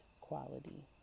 quality